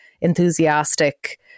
enthusiastic